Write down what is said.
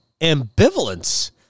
ambivalence